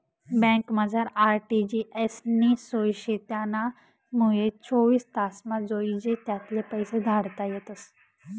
बँकमझार आर.टी.जी.एस नी सोय शे त्यानामुये चोवीस तासमा जोइजे त्याले पैसा धाडता येतस